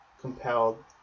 compelled